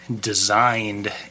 Designed